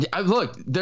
look